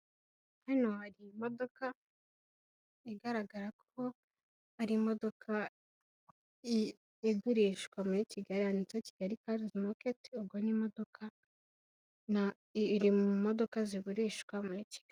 Hano hari imodoka igaragara ko ari imodoka igurishwa muri Kigali, handitseho Kigali Cars Market, ubwo ni imodoka iri mu modoka zigurishwa muri Kigali.